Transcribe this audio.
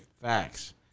Facts